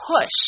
push